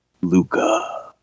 Luca